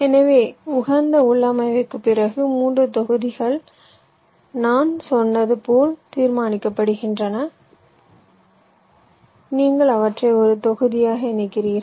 எனவே உகந்த உள்ளமைவுக்குப் பிறகு 3 தொகுதிகள் நான் சொன்னது போல் தீர்மானிக்கப்படுகின்றன நீங்கள் அவற்றை ஒரு தொகுதியாக இணைக்கிறீர்கள்